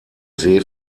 see